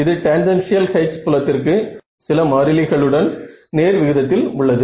இது tangential H புலத்திற்கு சில மாறிலிகளுடன் நேர் விகிதத்தில் உள்ளது